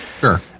Sure